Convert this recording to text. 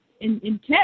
intent